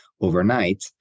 overnight